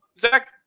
Zach